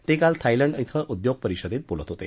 ते काल थायलंड क़े उद्योग परिषदेत बोलत होते